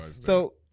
So-